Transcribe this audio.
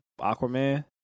Aquaman